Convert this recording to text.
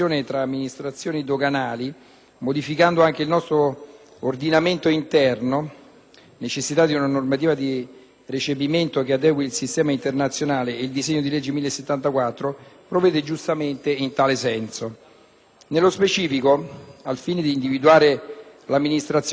necessita di una normativa di recepimento che adegui il sistema internazionale e il disegno di legge n. 1074 provvede giustamente in tal senso. Nello specifico, al fine di individuare l'amministrazione che deve occuparsi in maniera concreta dell'applicazione della cooperazione fra amministrazioni,